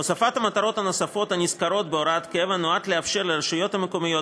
הוספת המטרות הנוספות הנזכרות בהוראת קבע נועדה לאפשר לרשויות המקומיות